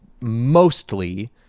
mostly